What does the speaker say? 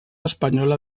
espanyola